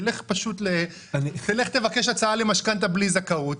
תלך, תבקש הצעה למשכנתא בלי זכאות.